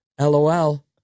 LOL